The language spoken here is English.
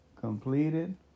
completed